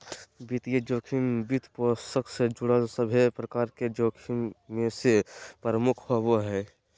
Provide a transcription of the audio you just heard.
वित्तीय जोखिम, वित्तपोषण से जुड़ल सभे प्रकार के जोखिम मे से प्रमुख होवो हय